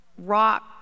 rock